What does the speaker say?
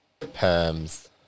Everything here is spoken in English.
Perms